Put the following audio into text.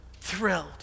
thrilled